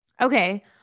Okay